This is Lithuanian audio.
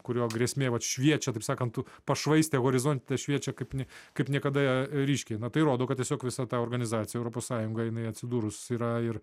kurio grėsmė vat šviečia taip sakant pašvaistė horizonte šviečia kaip ne kaip niekada ryškiai na tai rodo kad tiesiog visa ta organizacija europos sąjunga jinai atsidūrus yra ir